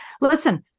Listen